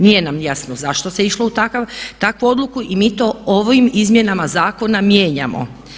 Nije nam jasno zašto se išlo u takvu odluku i mi to ovim izmjenama zakona mijenjamo.